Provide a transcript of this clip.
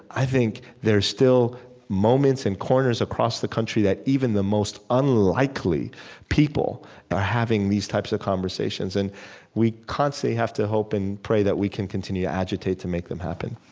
i think there's still moments and corners across the country that even the most unlikely people are having these types of conversations. and we constantly have to hope and pray that we can continue to agitate to make them happen